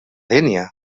dénia